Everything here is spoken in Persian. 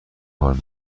کار